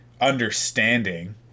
understanding